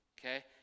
okay